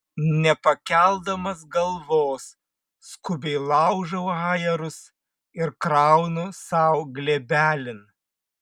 nepakeldamas galvos skubiai laužau ajerus ir kraunu sau glėbelin